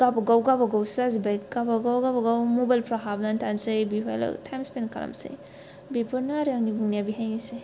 गावबागाव गावबागावसो जाजोबबाय गाबागाव गाबागाव मबाइलफ्राव हाबनानै थानसै बेहायल' टाइम स्पेन खालामसै बेफोरनो आरो आंनि बुंनाया बेहायनोसै